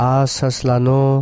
asaslano